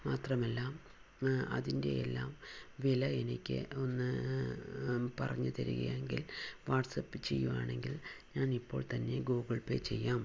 മാത്രമല്ല അതിൻ്റെ എല്ലാം വില എനിക്ക് ഒന്ന് പറഞ്ഞു തരികയെങ്കിൽ വാട്സപ്പ് ചെയ്യുകയാണെങ്കിൽ ഞാൻ ഇപ്പോൾ തന്നെ ഗൂഗിൾ പേ ചെയ്യാം